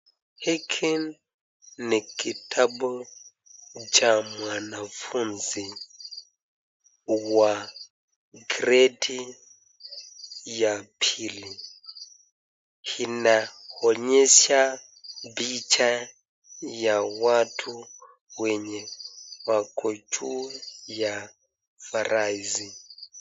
Hiki ni kitabu cha mwanafunzi wa gredi ya pili. Inaonyesha picha ya watu wenye wako juu ya farasi.